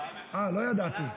אה, לא ידעתי.